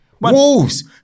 wolves